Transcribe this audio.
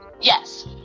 yes